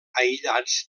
aïllats